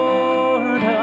Lord